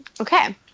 Okay